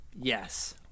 yes